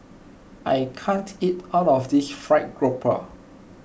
I can't eat all of this Fried Garoupa